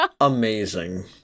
Amazing